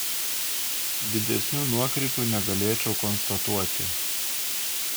didesnių nuokrypių negalėčiau konstatuoti